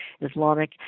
Islamic